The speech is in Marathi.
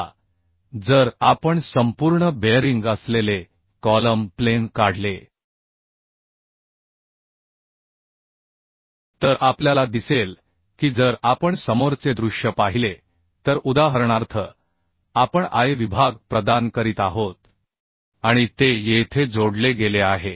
आता जर आपण संपूर्ण बेअरिंग असलेले कॉलम प्लेन काढले तर आपल्याला दिसेल की जर आपण समोरचे दृश्य पाहिले तर उदाहरणार्थ आपण I विभाग प्रदान करीत आहोत आणि ते येथे जोडले गेले आहे